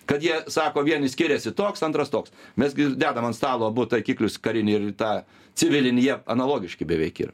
kad jie sako vieni skiriasi toks antras toks mes gi dedam ant stalo abu taikiklius karinį ir tą civilinį jie analogiški beveik yra